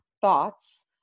thoughts